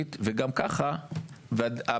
אופיר,